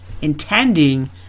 intending